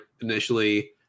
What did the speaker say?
initially